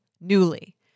Newly